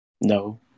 No